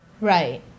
Right